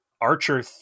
Archer